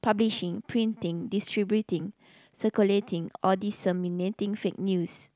publishing printing distributing circulating or disseminating fake news